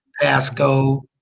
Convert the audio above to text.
Pasco